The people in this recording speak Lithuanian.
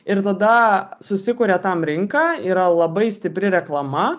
ir tada susikuria tam rinka yra labai stipri reklama